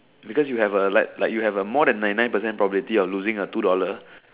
because you have a like like you have a more than ninety nine percent of losing a two dollar